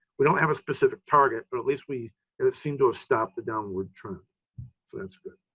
we don't have a specific target, but at least we and seem to have stop the downward trend that's good.